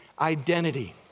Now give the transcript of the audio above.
identity